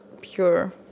pure